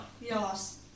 Yes